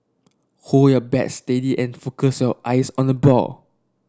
hold your bat steady and focus your eyes on the ball